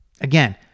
again